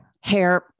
hair